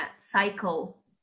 cycle